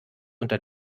unter